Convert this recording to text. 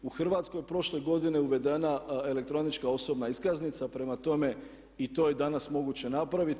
U Hrvatskoj je prošle godine uvedena elektronička osobna iskaznica, prema tome i to je danas moguće napraviti.